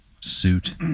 suit